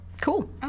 Cool